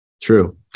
True